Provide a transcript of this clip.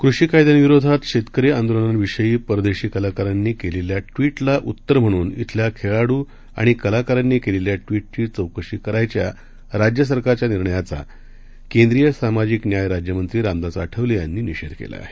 कृषीकायद्यांविरोधातशेतकरीआंदोलनांविषयीपरदेशीकलाकारांनी केलेल्याट्विटलाउत्तरम्हणूनश्रिल्याखेळाडूआणिकलाकारांनीकेलेल्याट्विटचीचौकशीकरायच्याराज्यसरकारच्यानिर्णयाचाकेंद्रीयसा माजिकन्यायराज्यमंत्रीरामदासआठवलेयांनीनिषेधकेलाआहे